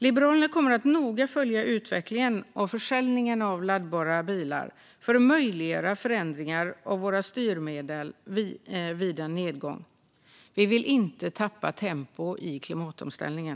Liberalerna kommer att noga följa utvecklingen av försäljningen av laddbara bilar för att möjliggöra förändringar av våra styrmedel vid en nedgång. Vi vill inte tappa tempo i klimatomställningen.